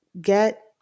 get